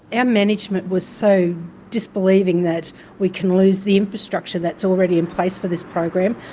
and management was so disbelieving that we can lose the infrastructure that's already in place for this program,